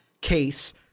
case